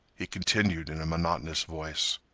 he continued in a monotonous voice,